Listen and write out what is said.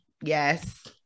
yes